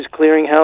Clearinghouse